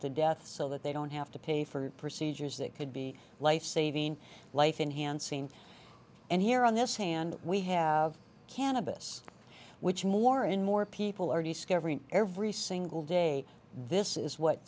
to death so that they don't have to pay for procedures that could be life saving life enhancing and here on this hand we have cannabis which more and more people are discovering every single day this is what